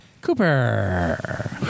Cooper